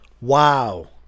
Wow